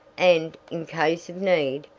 and, in case of need,